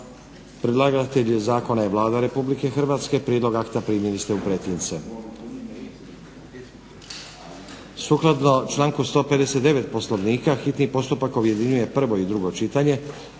Predlagatelj zakona je Vlada Republike Hrvatske. Prijedlog akata ste primili u pretince. Sukladno članku 159. Poslovnika hitni postupak objedinjuje prvo i drugo čitanje,